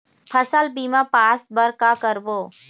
फसल बीमा पास बर का करबो?